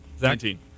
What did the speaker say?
Nineteen